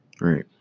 Right